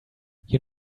you